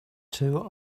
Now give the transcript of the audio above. two